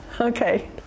Okay